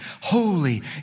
holy